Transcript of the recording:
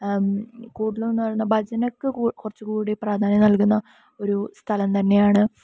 കൂഡലൂ എന്നു പറയുന്നത് ഭജനക്ക് കുറച്ച് കൂടി പ്രാധാന്യം നൽകുന്ന ഒരു സ്ഥലം തന്നെയാണ്